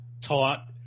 taught